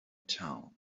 town